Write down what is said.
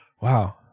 Wow